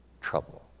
trouble